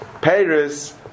Paris